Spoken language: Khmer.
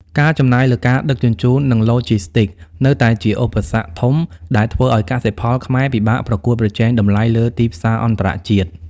ការចំណាយលើការដឹកជញ្ជូន និងឡូជីស្ទីកនៅតែជាឧបសគ្គធំ ដែលធ្វើឱ្យកសិផលខ្មែរពិបាកប្រកួតប្រជែងតម្លៃលើទីផ្សារអន្តរជាតិ។